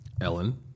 Ellen